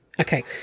Okay